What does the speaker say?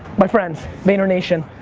my friends, vaynernation,